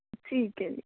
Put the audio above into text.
ਠੀਕ ਏ ਜੀ